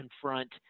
confront